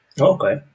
Okay